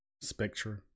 Spectra